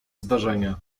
zdarzenia